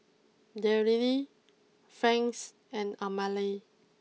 Daryle Franz and Amalie